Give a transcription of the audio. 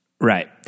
Right